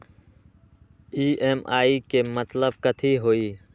EMI के मतलब कथी होई?